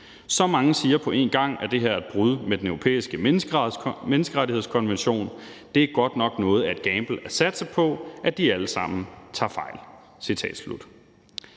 Så mange siger på en gang, at det her er et brud med Den Europæiske Menneskerettighedskonvention. Det er godt nok noget af et gamble at satse på, at de alle sammen tager fejl.